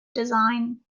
design